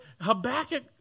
Habakkuk